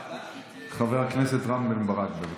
חבר הכנסת רם בן ברק, בבקשה.